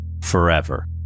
forever